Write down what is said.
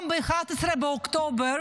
גם ב-11 באוקטובר,